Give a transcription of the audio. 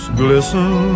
glisten